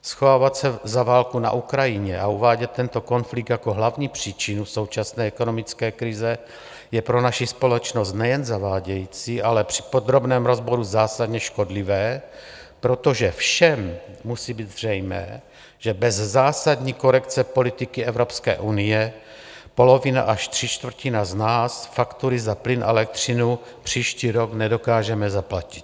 Schovávat se za válku na Ukrajině a uvádět tento konflikt jako hlavní příčinu současné ekonomické krize je pro naši společnost nejen zavádějící, ale při podrobném rozboru zásadně škodlivé, protože všem musí být zřejmé, že bez zásadní korekce politiky Evropské unie polovina až tři čtvrtiny z nás faktury za plyn a elektřinu příští rok nedokážeme zaplatit.